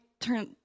turn